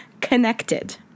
Connected